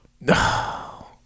No